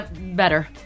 better